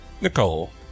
Nicole